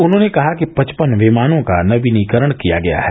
उन्होंने कहा कि पचपन विमानों का नवीनीकरण किया गया है